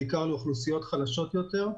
בעיקר לאוכלוסיות חלשות יותר,